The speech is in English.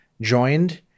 joined